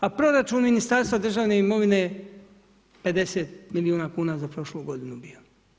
A proračun Ministarstva državne imovine je 50 milijuna kuna za prošlu godinu bio.